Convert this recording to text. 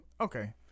Okay